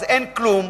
אז אין כלום,